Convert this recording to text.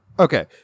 okay